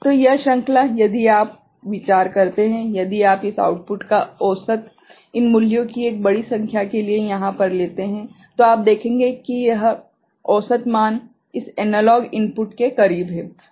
तो यह श्रृंखला यदि आप विचार करते हैं यदि आप इस आउटपुट का औसत इन मूल्यों की एक बड़ी संख्या के लिए यहाँ पर लेते हैं तो आप देखेंगे कि यह औसत मान इस एनालॉग इनपुट के करीब है